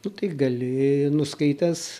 nu tai gali nuskaitęs